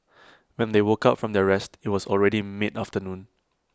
when they woke up from their rest IT was already mid afternoon